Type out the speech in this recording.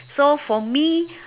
so for me